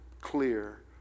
clear